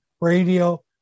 radio